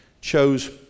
chose